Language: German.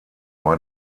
war